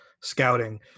scouting –